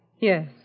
Yes